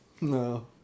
No